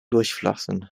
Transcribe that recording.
durchflossen